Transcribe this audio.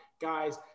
Guys